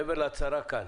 מעבר להצהרה כאן,